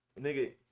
Nigga